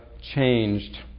changed